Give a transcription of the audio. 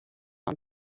ond